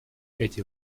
эти